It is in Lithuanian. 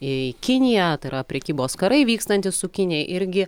į kiniją tai yra prekybos karai vykstantys su kinija irgi